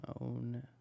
own